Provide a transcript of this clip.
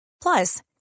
Plus